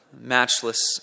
matchless